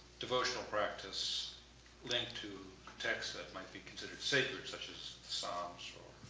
devotional practice linked to text that might be considered sacred, such as psalms or